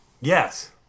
Yes